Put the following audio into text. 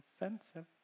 offensive